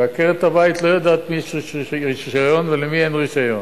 ועקרת-הבית לא יודעת למי יש רשיון ולמי אין רשיון.